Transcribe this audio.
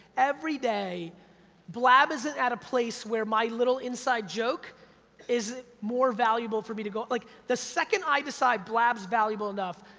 everyday. blab isn't at a place where my little inside joke is more valuable for me to go, like, the second i decide blab's valuable enough,